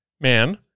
man